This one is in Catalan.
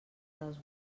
dels